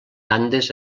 andes